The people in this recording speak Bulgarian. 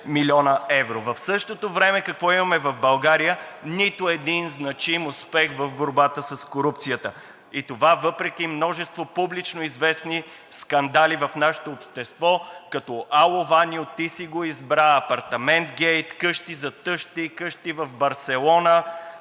млн. евро. В същото време какво имаме в България? Нито един значим успех в борбата с корупцията и това въпреки множество публично известни скандали в нашето общество, като: „Ало, Ваньо“, „Ти си го избра“, „Апартаментгейт“, „Къщи за тъщи“, „Къщи в Барселона“,